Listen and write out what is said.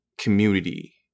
community